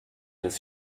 des